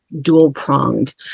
dual-pronged